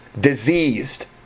diseased